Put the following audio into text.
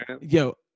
yo